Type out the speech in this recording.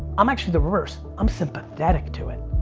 i'm actually the reverse. i'm sympathetic to it.